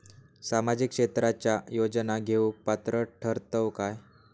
सामाजिक क्षेत्राच्या योजना घेवुक पात्र ठरतव काय?